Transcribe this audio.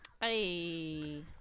hey